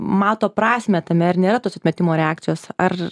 mato prasmę tame ar nėra tos atmetimo reakcijos ar